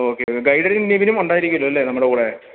okay ഗൈഡിൽ നിവിനും ഉണ്ടായിരിക്കുമല്ലോ അല്ലേ നമ്മുടെ കൂടെ